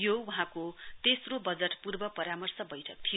यो वहाँको तेस्रो बजट पूर्व परामर्श बैठक थियो